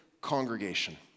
Congregation